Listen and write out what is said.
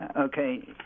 Okay